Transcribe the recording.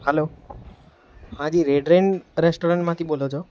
hello હા જી restaurant રેસ્ટોરન્ટમાંથી બોલો છો